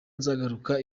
nzagaruka